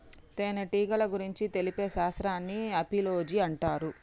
తేనెటీగల గురించి తెలిపే శాస్త్రాన్ని ఆపిలోజి అంటారు